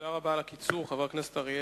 תודה רבה על הקיצור, חבר הכנסת אריאל.